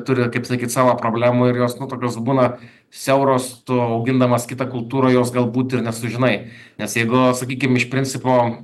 turi kaip sakyt savo problemų ir jos nu tokios būna siauros augindamas kitą kultūrą jos galbūt ir nesužinai nes jeigu sakykime iš principo